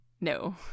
No